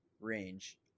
range